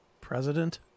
President